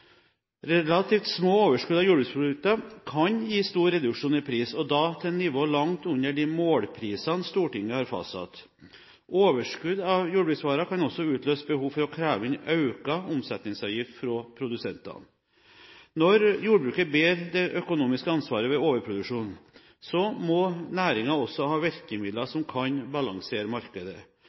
Relativt små overskudd av jordbruksprodukter kan gi stor reduksjon i pris, og da til et nivå langt under de målprisene Stortinget har fastsatt. Overskudd av jordbruksvarer kan også utløse behov for å kreve inn økt omsetningsavgift fra produsentene. Når jordbruket bærer det økonomiske ansvaret ved overproduksjon, må næringen også ha virkemidler som kan balansere markedet.